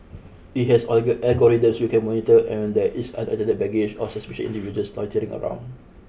it has oil algorithms which can monitor when there is unattended baggage or suspicious individuals loitering around